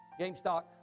GameStop